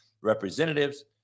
representatives